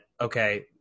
okay